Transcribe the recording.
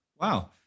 Wow